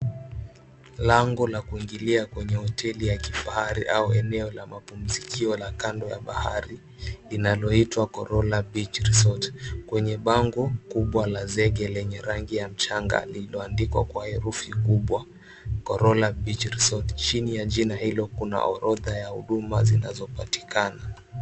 Lango la kuingilia kwenye hoteli ya kifahari au eneo la mapumzikio la kando ya bahari. Linaloitwa Coral Beach Resort. Kwenye bango kubwa la zege lenye rangi ya mchanga, Liloandikwa kwa herufi kubwa, CORAL BEACH RESORT. Chini ya jina hilo, Kuna orodha ya huduma zinazopatikana.